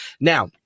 Now